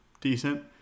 decent